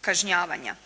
kažnjavanja.